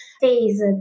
phase